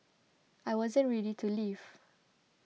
I wasn't ready to leave